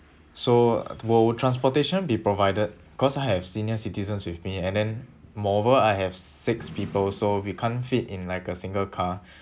so will transportation be provided cause I have senior citizens with me and then moreover I have six people so we can't fit in like a single car